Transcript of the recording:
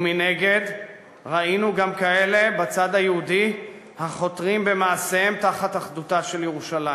ומנגד ראינו גם כאלה בצד היהודי החותרים במעשיהם תחת אחדותה של ירושלים.